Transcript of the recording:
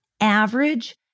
average